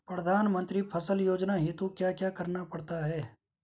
प्रधानमंत्री फसल योजना हेतु क्या क्या करना पड़ता है?